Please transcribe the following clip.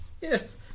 Yes